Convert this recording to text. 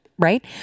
right